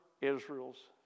Israel's